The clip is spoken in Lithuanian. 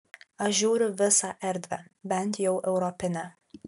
aš žiūriu visą erdvę bent jau europinę